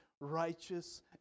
righteous